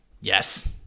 Yes